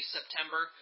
September